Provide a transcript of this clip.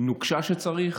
נוקשה כשצריך,